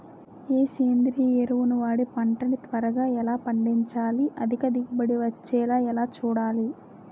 ఏ సేంద్రీయ ఎరువు వాడి పంట ని త్వరగా ఎలా పండించాలి? అధిక దిగుబడి వచ్చేలా ఎలా చూడాలి?